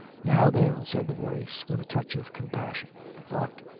now then, said the voice, with a touch of compassion, he thought.